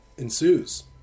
ensues